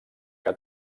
que